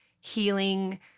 healing